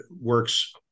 works